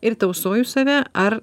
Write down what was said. ir tausoju už save ar